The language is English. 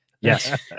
Yes